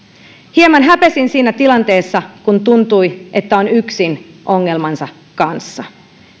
hieman häpesin siinä tilanteessa kun tuntui että on yksin ongelmansa kanssa